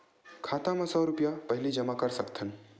खाता मा सौ रुपिया पहिली जमा कर सकथन?